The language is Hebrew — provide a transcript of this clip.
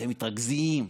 אתם מתרגזים.